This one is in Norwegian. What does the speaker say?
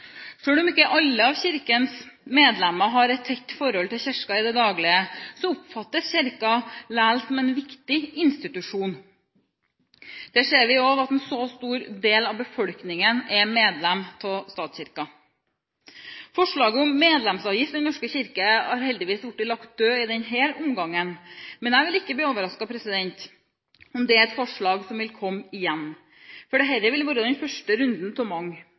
om ikke alle av Kirkens medlemmer har et tett forhold til Kirken i det daglige, oppfattes Kirken likevel som en viktig institusjon. Det ser vi også ved at en så stor del av befolkningen er medlemmer av statskirken. Forslaget om medlemsavgift i Den norske kirke er heldigvis blitt lagt død i denne omgang, men jeg vil ikke bli overrasket om det er et forslag som vil komme igjen. Dette vil være den første runden av mange.